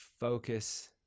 focus